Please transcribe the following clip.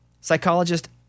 Psychologist